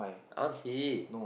I want see